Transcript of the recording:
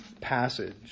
passage